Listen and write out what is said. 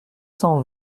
cent